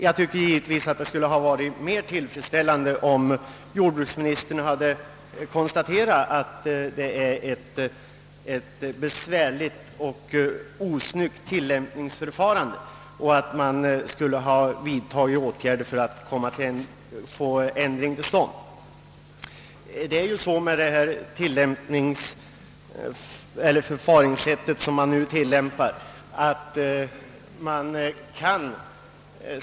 Det hade givetvis varit bättre, om jordbruksministern hade fastställt att tilllämpningsförfarandet är besvärligt och rent av osnyggt och att åtgärder kommer att vidtagas för att få en ändring till stånd.